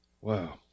Wow